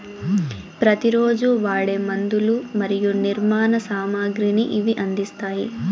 ప్రతి రోజు వాడే మందులు మరియు నిర్మాణ సామాగ్రిని ఇవి అందిస్తాయి